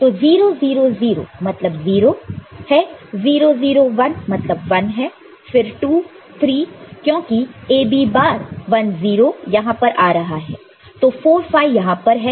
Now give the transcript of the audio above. तो 0 0 0 मतलब 0 है 0 0 1 मतलब 1 है फिर 2 3 क्योंकि A B बार 1 0 यहां पर आ रहा है तो 4 5 यहां पर है